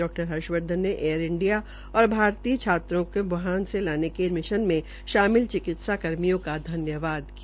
डॉ हर्षवर्धन ने Air India और भारतीय छात्रों का बुहान से लाने के मिशन में शामिल चिकित्सा कर्मियों को धन्यवाद किया